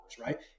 right